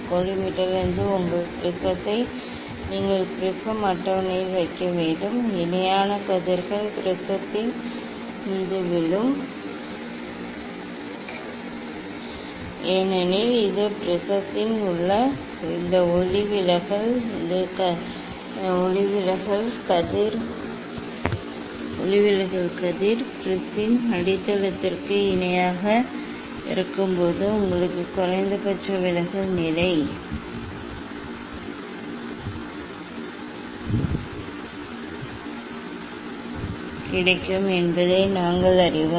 கோலிமேட்டரிலிருந்து உங்கள் ப்ரிஸத்தை நீங்கள் ப்ரிஸம் அட்டவணையில் வைக்க வேண்டும் இணையான கதிர்கள் ப்ரிஸத்தின் மீது விழும் ஏனெனில் இது ப்ரிஸத்தின் உள்ளே இந்த ஒளிவிலகல் கதிர் பிரிஸின் அடித்தளத்திற்கு இணையாக இருக்கும் போது உங்களுக்கு குறைந்தபட்ச விலகல் நிலை கிடைக்கும் என்பதை நாங்கள் அறிவோம்